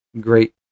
great